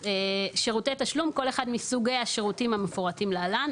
"שירותי תשלום" כל אחד מסוגי השירותים המפורטים להלן: